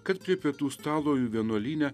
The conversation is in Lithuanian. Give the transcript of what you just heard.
kad prie pietų stalo jų vienuolyne